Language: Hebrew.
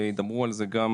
וידברו על זה גם